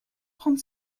trente